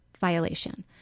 violation